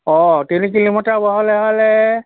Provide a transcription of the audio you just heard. অঁ তিনি কিলোমিটাৰ বহলে হ'লে